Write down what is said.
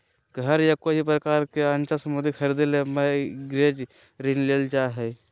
घर या कोय प्रकार के अचल संपत्ति खरीदे ले मॉरगेज ऋण लेल जा हय